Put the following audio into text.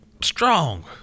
strong